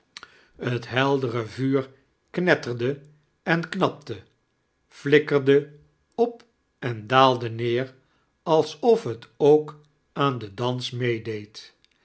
het heldete vuur knetterde en knapte flikkerde op em daalde neer ate of het ook aan den dans meedeed